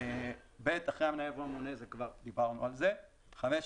אין בעיה.